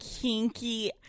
kinky